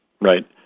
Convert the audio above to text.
right